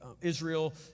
Israel